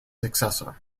successor